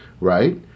right